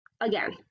Again